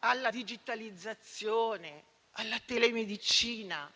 alla digitalizzazione e alla telemedicina,